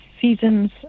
seasons